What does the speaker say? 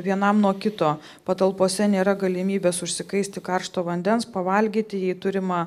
vienam nuo kito patalpose nėra galimybės užsikaisti karšto vandens pavalgyti jei turima